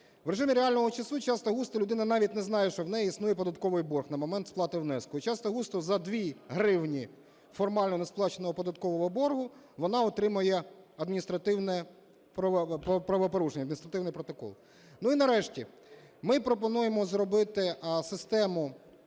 В режимі реального часу часто-густо людина навіть не знає, що в неї існує податковий борг на момент сплати внеску. І часто-густо за 2 гривні формально несплаченого податкового боргу вона отримає адміністративне правопорушення – адміністративний протокол. Ну і нарешті, ми пропонуємо зробити систему